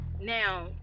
now